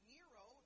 Nero